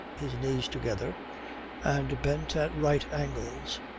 his knees together and bent at right angles,